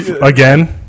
again